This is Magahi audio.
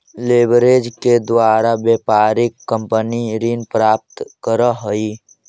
लेवरेज लोन के द्वारा व्यापारिक कंपनी ऋण प्राप्त करऽ हई